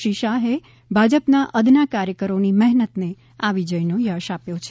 શ્રી શાહે ભાજપ ના અદના કાર્યકરો ની મહેનત ને આ વિજય નો યશ આપ્યો છે